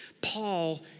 Paul